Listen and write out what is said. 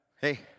Hey